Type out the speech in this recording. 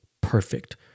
perfect